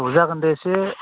औ जागोन दे एसे